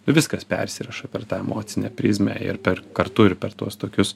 viskas persirašo per tą emocinę prizmę ir per kartu ir per tuos tokius